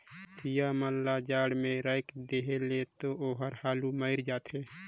चिंया मन ल जाड़ में राख देहे ले तो ओहर हालु मइर जाथे